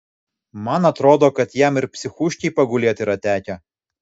man atrodo kad jam ir psichūškėj pagulėt yra tekę